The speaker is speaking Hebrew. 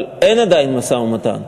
אבל אין עדיין משא-ומתן.